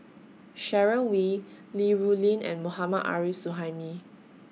Sharon Wee Li Rulin and Mohammad Arif Suhaimi